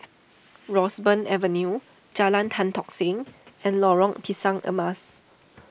Roseburn Avenue Jalan Tan Tock Seng and Lorong Pisang Emas